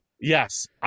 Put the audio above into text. Yes